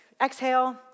exhale